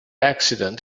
accident